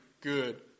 good